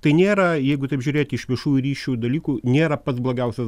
tai nėra jeigu taip žiūrėti iš viešųjų ryšių dalykų nėra pats blogiausias